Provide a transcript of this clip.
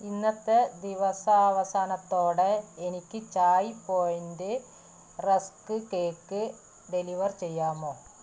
ഇന്നത്തെ ദിവസം അവസാനത്തോടെ എനിക്ക് Chai Point rusk cake deliver ചെയ്യാമോ